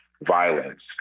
violence